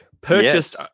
purchased